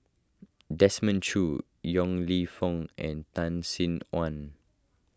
Desmond Choo Yong Lew Foong and Tan Sin Aun